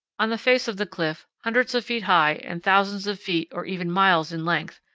on the face of the cliff, hundreds of feet high and thousands of feet or even miles in length,